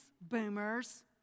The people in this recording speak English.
boomers